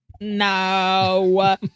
No